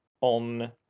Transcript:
on